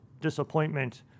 disappointment